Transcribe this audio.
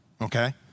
okay